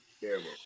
Terrible